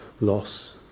loss